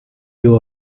you